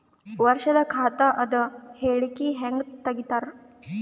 ವರ್ಷದ ಖಾತ ಅದ ಹೇಳಿಕಿ ಹೆಂಗ ತೆಗಿತಾರ?